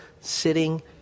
Sitting